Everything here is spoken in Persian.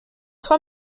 خوام